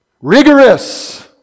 Rigorous